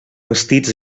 vestits